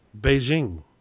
Beijing